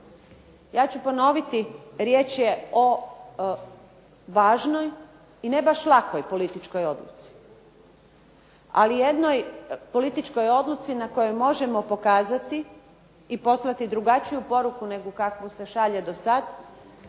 Ja ću ponoviti, riječ je o važnoj i ne baš lakoj političkoj odluci, ali jednoj političkoj odluci na kojoj možemo pokazati i poslati drugačiju poruku nego kakvu se šalje dosad.